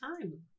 time